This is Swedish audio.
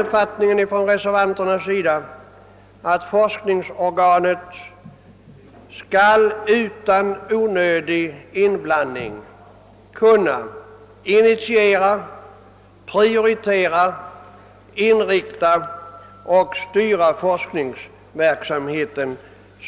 Vi reservanter har den uppfattningen att forskningsorganet utan onödig inblandning skall kunna initiera, prioritera, inrikta och styra forskningsverksamheten